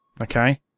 okay